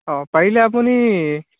অঁ পাৰিলে আপুনি